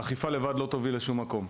האכיפה לבדה לא תוביל לשום מקום.